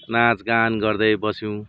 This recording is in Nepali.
नाचगान गर्दै बस्यौँ